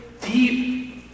deep